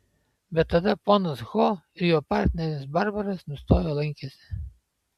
bet tada ponas ho ir jo partneris barbaras nustojo lankęsi